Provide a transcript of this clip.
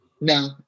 No